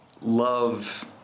love